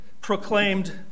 proclaimed